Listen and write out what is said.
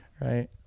Right